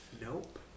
Nope